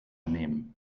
nehmen